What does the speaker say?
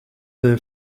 their